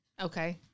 Okay